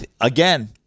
again